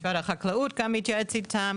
משרד החקלאות גם מתייעץ איתם,